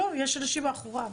לא, יש אנשים מאחוריו.